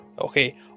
okay